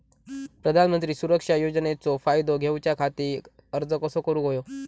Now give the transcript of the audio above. प्रधानमंत्री सुरक्षा योजनेचो फायदो घेऊच्या खाती अर्ज कसो भरुक होयो?